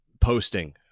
posting